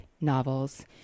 novels